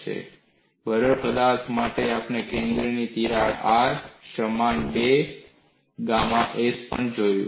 અને બરડ પદાર્થ માટે આપણે કેન્દ્રની તિરાડ R સમાન 2 ગામા s પર જોયું છે